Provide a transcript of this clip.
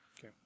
Okay